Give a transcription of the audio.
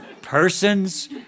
persons